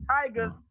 Tiger's